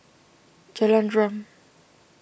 Jalan Derum